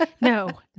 No